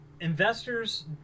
Investors